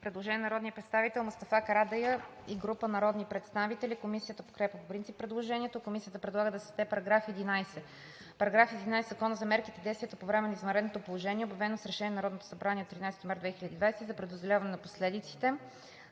Предложение на народния представител Мустафа Карадайъ и група народни представители. Комисията подкрепя по принцип предложението. Комисията предлага да се създаде § 11. „§ 11. В Закона за мерките и действията по време на извънредното положение, обявено с решение на Народното събрание от 13 март 2020 г. и за преодоляване на последиците